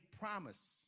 promise